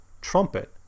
trumpet